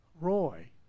Roy